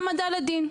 העמדה לדין.